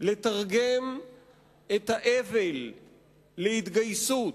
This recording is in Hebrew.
לתרגם את האבל להתגייסות,